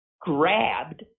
grabbed